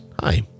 Hi